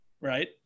right